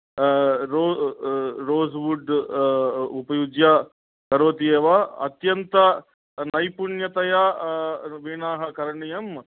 rose wood उपयुज्य करोति एव अत्यन्तं नैपुण्यतया वीणाः करणीयम्